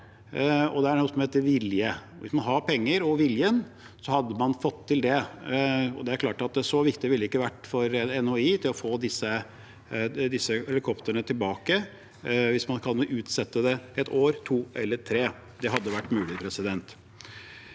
det er noe som heter vilje. Hvis man har penger og viljen, hadde man fått til det. Det er klart: Så viktig ville det ikke vært for NHIndustries å få disse helikoptrene tilbake hvis man kunne utsette det ett, to eller tre år. Det hadde vært mulig. I stedet